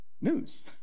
news